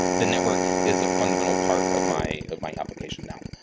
the network is a fundamental part of my of my application now.